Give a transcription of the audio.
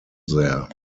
there